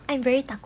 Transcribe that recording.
I'm very takut